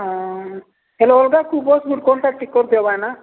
ହଁ ହେଲେ ଗୋଟେ କଣ୍ଟାକ୍ଟଟି କରଦବ ଭାଇନା